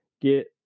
get